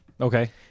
Okay